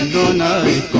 know a